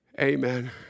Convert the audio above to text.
Amen